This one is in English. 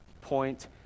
point